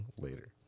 later